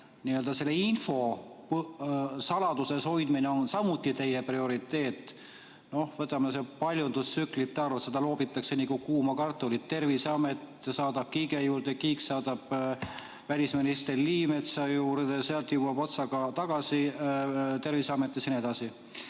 et kogu selle info saladuses hoidmine on samuti teie prioriteet. Võtame näiteks paljundustsüklite arvu, seda loobitakse nagu kuuma kartulit: Terviseamet saadab Kiige juurde, Kiik saadab välisminister Liimetsa juurde, sealt jõuab see otsaga tagasi Terviseametisse jne.